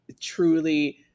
truly